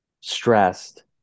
stressed